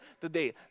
today